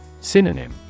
Synonym